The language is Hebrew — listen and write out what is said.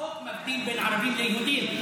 החוק מבדיל בין ערבים ליהודים.